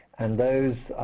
and those